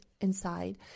inside